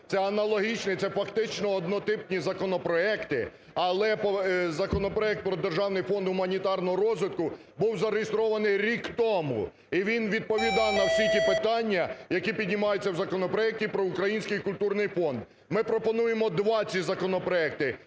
Це аналогічний, це фактично однотипні законопроекти, але законопроект про Державний фонд гуманітарного розвитку був зареєстрований рік тому і він відповідає на всі ті питання, які піднімаються в законопроекті про Український культурний фонд. Ми пропонуємо два ці законопроекти: